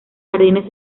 jardines